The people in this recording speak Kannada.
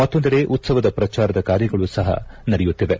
ಮತ್ತೊಂದೆಡೆ ಉತ್ಸವದ ಪ್ರಚಾರದ ಕಾರ್ಯಗಳು ಸಹ ನಡೆಯುತ್ತಿವೆ